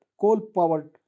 coal-powered